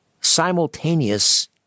simultaneous